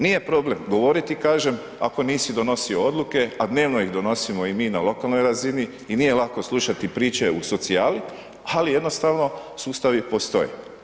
Nije problem govoriti kažem ako nisi donosio odluke a dnevno ih donosimo i mi na lokalnoj razini i nije lako slušati priče o socijali ali jednostavno sustavi postoje.